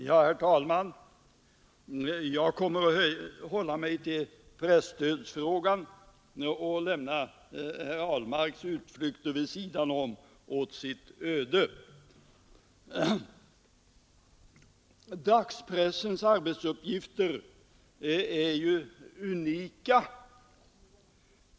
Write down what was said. Herr talman! Jag kommer att hålla mig till frågan om presstöd och lämna herr Ahlmarks utflykter vid sidan om åt sitt öde. Dagspressens arbetsuppgifter är ju unika.